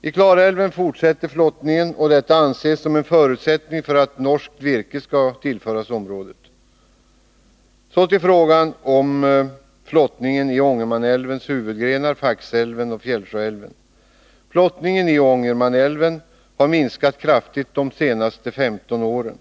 I Klarälven fortsätter flottningen, och detta anses som en förutsättning för att norskt virke skall tillföras området. Så till frågan om flottningen i Ångermanälvens huvudgrenar, Faxälven och Fjällsjöälven. Flottningen i Ångermanälven har minskat kraftigt de senaste 15 åren.